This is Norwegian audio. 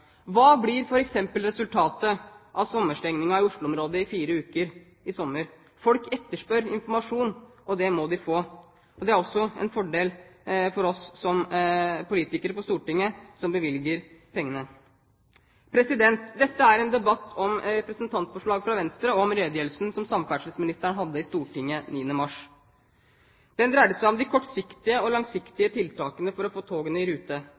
Hva blir f.eks. resultatet av sommerstengningen i Oslo-området i fire uker? Folk etterspør informasjon, og det må de få. Det er også en fordel for oss som politikere på Stortinget, som bevilger pengene. Dette er en debatt om et representantforslag fra Venstre om redegjørelsen som samferdselsministeren hadde i Stortinget 9. mars. Den dreide seg om de kortsiktige og langsiktige tiltakene for å få togene i rute.